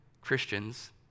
Christians